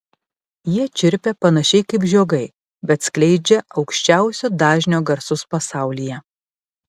jie čirpia panašiai kaip žiogai bet skleidžia aukščiausio dažnio garsus pasaulyje